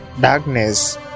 darkness